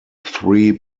three